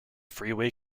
freeway